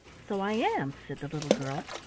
so i am, said the little girl.